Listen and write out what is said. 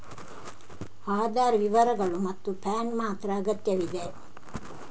ಆಧಾರ್ ವಿವರಗಳು ಮತ್ತು ಪ್ಯಾನ್ ಮಾತ್ರ ಅಗತ್ಯವಿದೆ